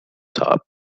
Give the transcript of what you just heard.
top